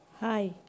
Hi